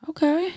Okay